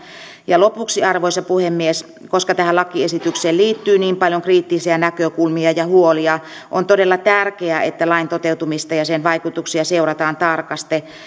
lopuksi arvoisa puhemies koska tähän lakiesitykseen liittyy niin paljon kriittisiä näkökulmia ja huolia on todella tärkeää että lain toteutumista ja sen vaikutuksia seurataan tarkasti